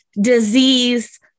disease